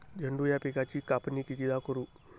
झेंडू या पिकाची कापनी कितीदा करू?